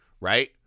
Right